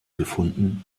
gefunden